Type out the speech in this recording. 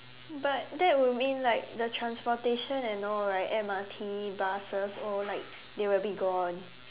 but that would mean like the transportation and all right M_R_T buses all like they will be gone